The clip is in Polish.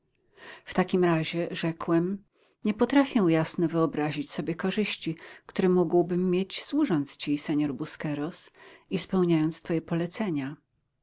w takim razie rzekłem nie potrafię jasno wyobrazić sobie korzyści które mógłbym mieć służąc ci senor busqueros i spełniając twoje polecenia